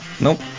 Nope